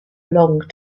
long